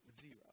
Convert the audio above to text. Zero